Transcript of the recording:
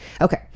Okay